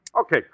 Okay